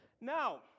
Now